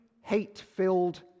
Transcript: hate-filled